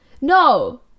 no